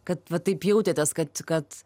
kad va taip jautėtės kad kad